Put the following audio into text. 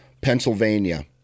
Pennsylvania